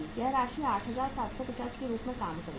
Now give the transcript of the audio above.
यह राशि 8750 के रूप में काम करेगी